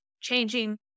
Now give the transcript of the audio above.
changing